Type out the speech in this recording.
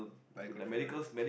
medical treatment